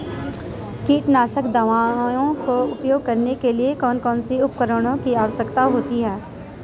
कीटनाशक दवाओं का उपयोग करने के लिए कौन कौन से उपकरणों की आवश्यकता होती है?